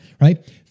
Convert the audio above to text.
right